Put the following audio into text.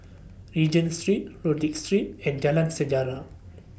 Regent Street Rodyk Street and Jalan Sejarah